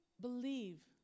believe